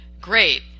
great